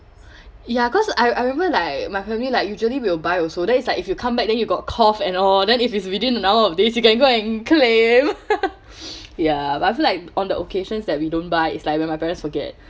ya cause I I remember like my family like usually we'll buy also then it's like if you come back then you got cough and all then if it's within an hour of this you can go and claim ya but I feel like on the occasions that we don't buy is like when my parents forget